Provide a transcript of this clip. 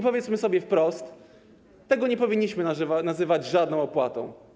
Powiedzmy sobie wprost: tego nie powinniśmy nazywać żadną opłatą.